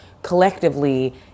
collectively